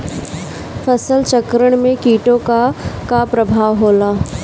फसल चक्रण में कीटो का का परभाव होला?